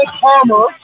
Palmer